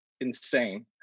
insane